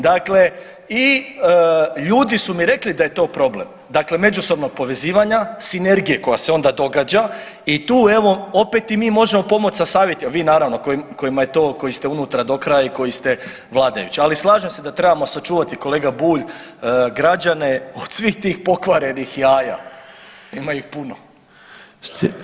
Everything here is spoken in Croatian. Dakle, i ljudi su mi rekli da je to problem, dakle međusobnog povezivanja, sinergije koja se onda događa i tu evo opet i mi možemo pomoć sa savjetima, vi naravno koji, kojima je to, koji ste unutra do kraja i koji ste vladajući, ali slažem se da trebamo sačuvati kolega Bulj građane od svih tih pokvarenih jaja, ima ih puno.